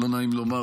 לא נעים לומר,